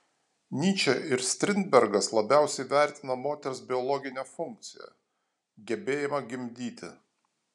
nyčė ir strindbergas labiausiai vertina moters biologinę funkciją gebėjimą gimdyti